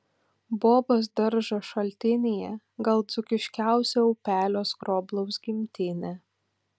bobos daržo šaltinyje gal dzūkiškiausio upelio skroblaus gimtinė